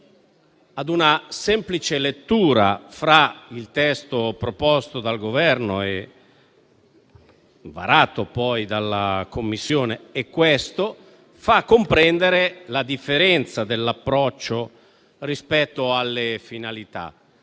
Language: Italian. Una semplice lettura del testo proposto dal Governo, varato poi dalla Commissione, e quello al nostro esame, fa comprendere la differenza dell'approccio rispetto alle finalità.